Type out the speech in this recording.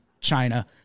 China